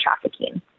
trafficking